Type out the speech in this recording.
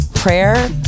Prayer